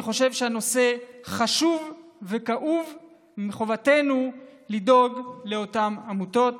אני חושב שהנושא חשוב וכאוב ומחובתנו לדאוג לאותן עמותות.